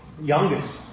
youngest